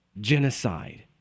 Genocide